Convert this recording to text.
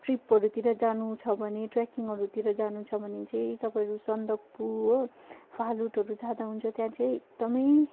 ट्रिपहरूतिर जानु छ भने ट्रेकिङहरूतिर जानु छ भने चाहिँ तपाईँहरू सन्दकपुर हो फालुटहरू जाँदा हुन्छ त्यहाँ चाहिँ एकदमै